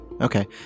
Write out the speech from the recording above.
Okay